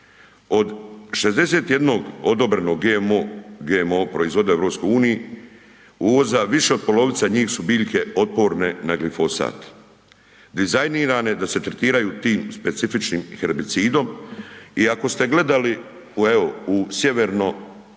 Od 61 odobrenog GMO proizvoda u EU, uvoza više od polovica njih su biljke otporne na glifosat, dizajnirane da se tretiraju tim specifičnim herbicidom i ako ste gledali u evo,